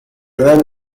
then